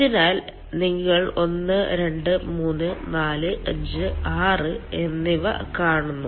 അതിനാൽ നിങ്ങൾ 1 2 3 4 5 6 എന്നിവ കാണുന്നു